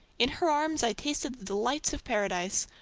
in her arms i tasted the delights of paradise,